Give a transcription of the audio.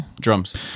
Drums